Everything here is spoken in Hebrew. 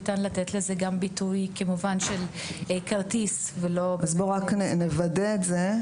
ניתן לתת לזה גם ביטוי של --- אז בואו נוודא את זה,